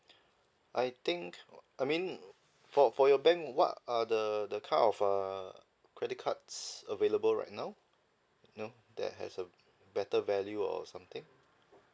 I think I mean for for your bank what are the the kind of uh credit cards available right now you know that has a better value or something